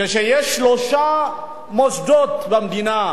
כשיש שלושה מוסדות במדינה,